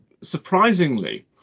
Surprisingly